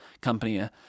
company